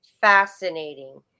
fascinating